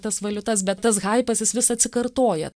tas valiutas bet tas haipas jis vis atsikartoja